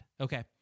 Okay